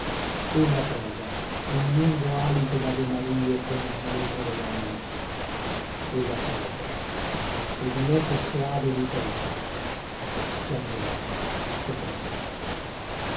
bello ella prega un lungo alito davemarie con un murmure lene ella prega ed uneco soave ripete sia buono stia bene